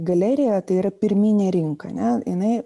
galerija tai yra pirminė rinka ne jinai